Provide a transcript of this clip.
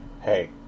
Hey